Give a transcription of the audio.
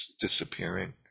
disappearing